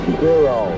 zero